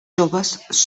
joves